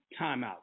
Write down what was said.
timeout